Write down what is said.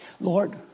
Lord